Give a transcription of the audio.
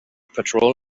patrol